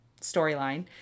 storyline